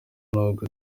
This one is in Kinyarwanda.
n’ubwo